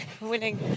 winning